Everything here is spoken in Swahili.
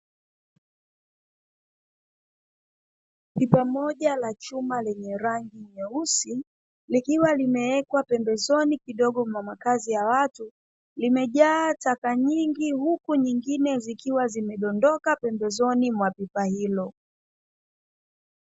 Pipa moja la chuma lenye rangi nyeusi, likiwa limewekwa pembeni kidogo mwa makazi ya watu, limejaa taka nyingi huku nyingine zikiwa zimedondoka pembezoni mwa pipa hilo.